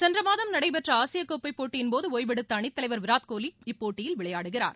சென்ற மாதம் நடைபெற்ற ஆசியக் கோப்பை போட்டியின் போது ஒய்வு எடுத்த அணித்தலைவர் விராட்கோலி இப்போட்டிகளில் விளையாடுகிறார்